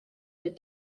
des